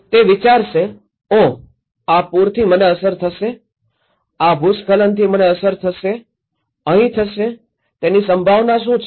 તે વિચારશે ઓહ આ પૂરથી મને અસર થશે આ ભૂસ્ખલનથી મને અસર થશે અહીં થશે તેની સંભાવના શું છે